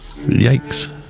yikes